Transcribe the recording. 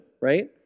right